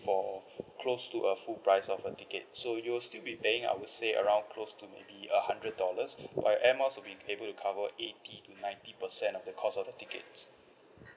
for close to a full price of a ticket so you'll still be paying I would say around close to maybe a hundred dollars while your airmiles would be able to cover eighty to ninety percent of the cost of the tickets